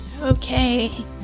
Okay